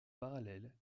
parallèle